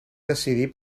decidir